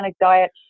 diet